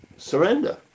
Surrender